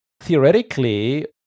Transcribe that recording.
theoretically